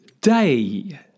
Day